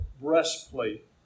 breastplate